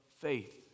faith